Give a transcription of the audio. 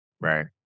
Right